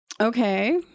Okay